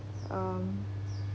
um